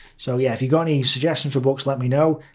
so yeah, if you've got any suggestions for books, let me know.